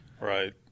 Right